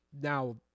Now